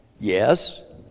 Yes